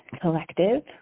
Collective